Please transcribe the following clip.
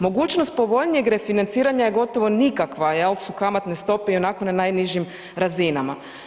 Mogućnost povoljnijeg refinanciranja je gotovo nikakva jer su kamatne stope i onako na najnižim razinama.